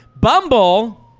Bumble